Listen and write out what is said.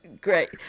Great